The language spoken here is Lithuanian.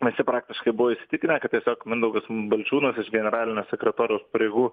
visi praktiškai buvo įsitikinę kad tiesiog mindaugas balčiūnas iš generalinio sekretoriaus pareigų